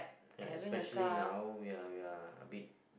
ya especially now we're we're a bit